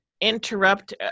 Interrupt